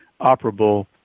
operable